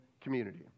community